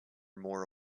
more